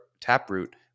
taproot